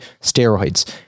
steroids